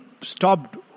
stopped